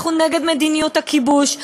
אנחנו נגד מדיניות הכיבוש,